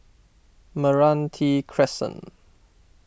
Meranti Crescent